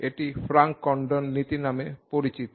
এটি Franck Condon নীতি নামে পরিচিত